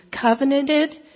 covenanted